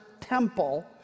temple